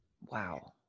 Wow